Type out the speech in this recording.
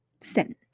Send